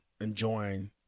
enjoying